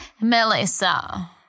Melissa